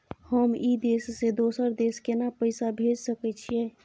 हम ई देश से दोसर देश केना पैसा भेज सके छिए?